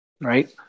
Right